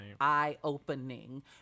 eye-opening